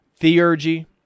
theurgy